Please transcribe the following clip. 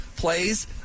plays